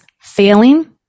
failing